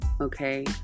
Okay